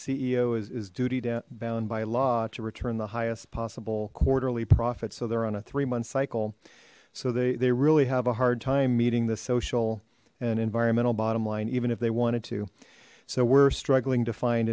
ceo is duty bound by law to return the highest possible quarterly profit so they're on a three month cycle so they they really have a hard time meeting the social and environmental bottom line even if they wanted to so we're struggling to find